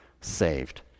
saved